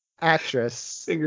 Actress